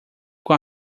com